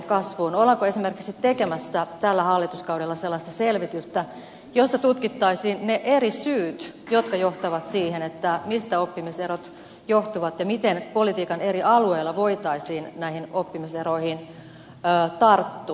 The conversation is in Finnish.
ollaanko esimerkiksi tekemässä tällä hallituskaudella sellaista selvitystä jossa tutkittaisiin ne eri syyt jotka johtavat siihen mistä oppimiserot johtuvat ja miten politiikan eri alueilla voitaisiin näihin oppimiseroihin tarttua